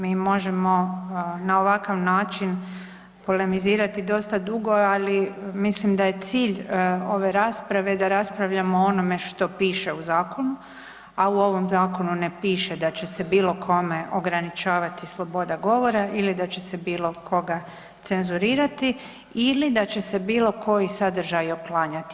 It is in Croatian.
Mi možemo na ovakav način polemizirati dosta dugo, ali mislim da je cilj ove rasprave da raspravljamo o onome što piše u zakonu, a u ovom zakonu ne piše da će se bilo kome ograničavati sloboda govora ili da će se bilo koga cenzurirati ili da će se bilo koji sadržaj uklanjati.